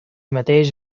mateix